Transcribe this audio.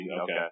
okay